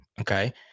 Okay